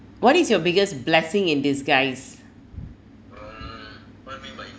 what is your biggest blessing in disguise